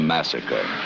Massacre